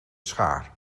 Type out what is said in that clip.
schaar